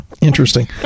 Interesting